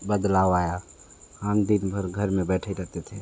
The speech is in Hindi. बदलाव आया हम दिन भर घर में बैठे रहते थे